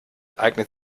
eignet